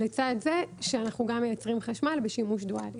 לצד זה שאנחנו גם מייצרים חשמל בשימוש דואלי.